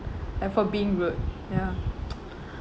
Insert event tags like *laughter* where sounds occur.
like for being rude ya *noise*